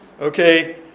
okay